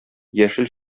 яшел